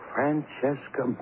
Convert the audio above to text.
Francesca